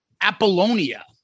Apollonia